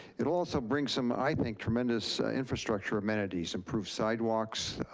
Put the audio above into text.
it'll also bring some, i think, tremendous infrastructure amenities, improved sidewalks,